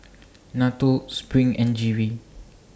NATO SPRING and G V